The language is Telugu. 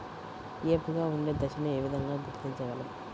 ఏపుగా ఉండే దశను ఏ విధంగా గుర్తించగలం?